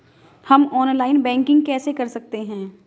हम online banking कैसे कर सकते हैं?